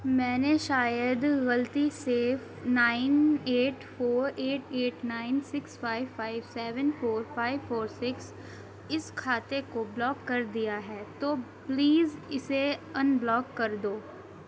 میں نے شاید غلطی سے nine eight four eight eight nine six five five seven four five four six اس کھاتے کو بلاک کر دیا ہے تو پلیز اسے ان بلاک کر دو